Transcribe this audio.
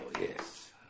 yes